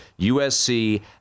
USC